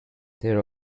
there